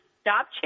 stop